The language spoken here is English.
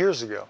years ago